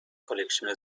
کالکشن